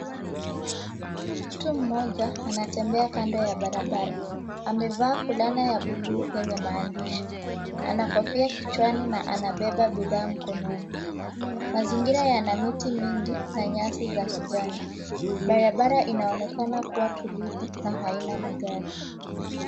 Mtu mmoja anatembea kando ya barabara. Amevaa fulana ya buluu yenye maandishi. Ana kofia kichwani na anabeba bidhaa mkononi. Mazingira yana miti mingi na nyasi za kijani. Barabara inaonekana kua tulivu na haina magari.